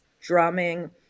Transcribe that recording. drumming